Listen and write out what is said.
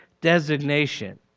designation